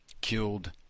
killed